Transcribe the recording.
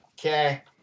Okay